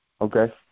Okay